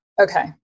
Okay